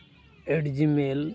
at Gmail